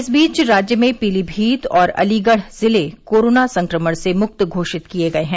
इस बीच राज्य में पीलीभीत और अलीगढ़ जिले कोरोना संक्रमण से मुक्त घोषित किए गए हैं